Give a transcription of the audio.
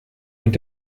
mit